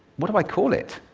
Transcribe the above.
what do i call it?